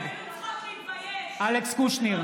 נגד אלכס קושניר,